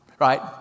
right